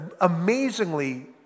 amazingly